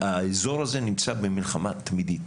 האזור הזה נמצא במלחמה תמידית.